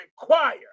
require